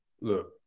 Look